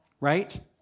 right